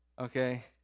Okay